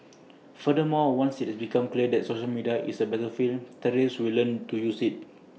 furthermore once IT becomes clear that social media is A battlefield terrorists will learn to use IT